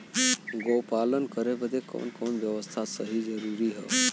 गोपालन करे बदे कवन कवन व्यवस्था कइल जरूरी ह?